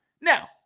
Now